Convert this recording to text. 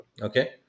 okay